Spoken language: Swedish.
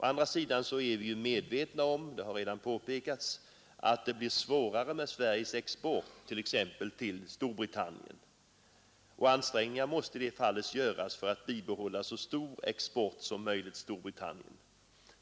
Å andra sidan är vi medvetna om — det har redan påpekats — att det blir svårare för Sveriges export t.ex. till Storbritannien.